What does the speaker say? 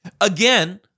Again